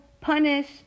punish